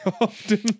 often